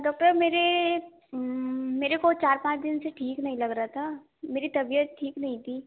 doctor मेरे मेरे को चार पाँच दिन से ठीक नहीं लग रा था मेरी तबियत ठीक नहीं थी